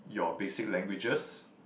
your basic languages